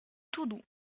toudoux